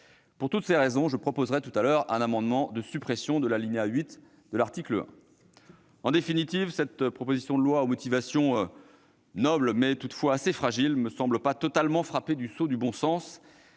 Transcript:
Pour toutes ces raisons, je proposerai un amendement de suppression de l'alinéa 8 de l'article 1. En définitive, cette proposition de loi aux motivations nobles mais assez fragiles ne me semble pas totalement frappée du sceau du bon sens.